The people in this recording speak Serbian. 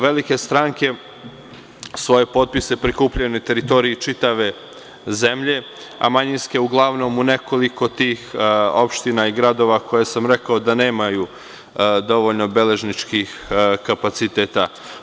Velike stranke svoje potpise prikupljaju na teritoriji čitave zemlje, a manjinske uglavnom u nekoliko tih opština i gradova koje sam rekao da nemaju dovoljno beležničkih kapaciteta.